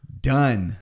Done